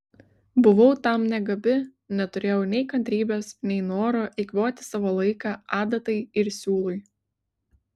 buvau tam negabi neturėjau nei kantrybės nei noro eikvoti savo laiką adatai ir siūlui